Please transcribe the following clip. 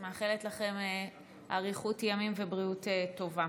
אני מאחלת לכם אריכות ימים ובריאות טובה.